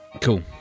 cool